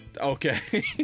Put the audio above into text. okay